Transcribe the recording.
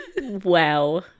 Wow